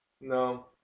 No